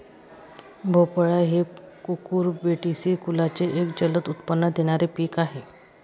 भोपळा हे कुकुरबिटेसी कुलाचे एक जलद उत्पन्न देणारे पीक आहे